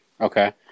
Okay